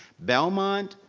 belmont,